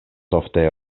ofte